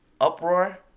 uproar